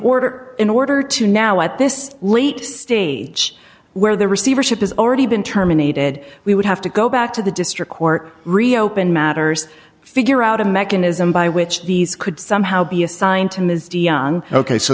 order in order to now at this late stage where the receivership has already been terminated we would have to go back to the district court reopen matters figure out a mechanism by which these could somehow be assigned to